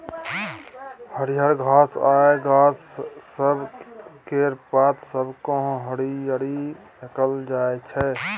हरियर घास आ गाछ सब केर पात सबकेँ हरियरी कहल जाइ छै